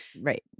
Right